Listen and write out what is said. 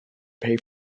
pay